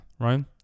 right